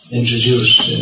introduced